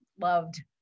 loved